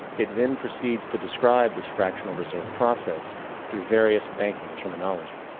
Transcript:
it then precedes to describe this fractional reserve process through various banking terminology.